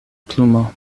plumo